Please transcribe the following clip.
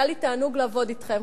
היה לי תענוג לעבוד אתכם,